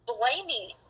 blaming